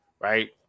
right